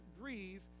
grieve